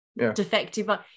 Defective